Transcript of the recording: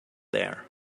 there